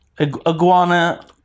Iguana